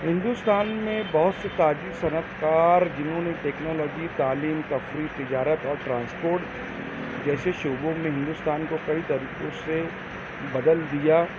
ہندوستان میں بہت سے تاجی صنعت کار جنہوں نے ٹیکنالوجی تعلیم تفریح تجارت اور ٹرانسپورٹ جیسے شعبوں میں ہندوستان کو کئی طریقوں سے بدل دیا